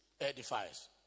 Edifies